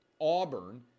Auburn